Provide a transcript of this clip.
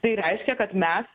tai reiškia kad mes